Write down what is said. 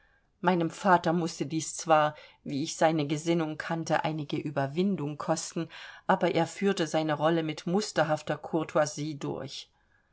meinem vater mußte dies zwar wie ich seine gesinnungen kannte einige überwindung kosten aber er führte seine rolle mit musterhafter courtoisie durch